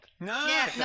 No